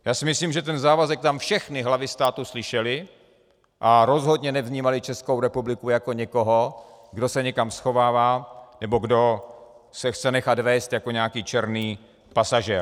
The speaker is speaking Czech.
Já si myslím, že ten závazek tam všechny hlavy států slyšely a rozhodně nevnímaly Českou republiku jako někoho, kdo se někam schovává nebo kdo se chce nechat vézt jako nějaký černý pasažér.